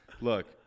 Look